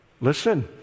Listen